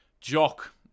Jock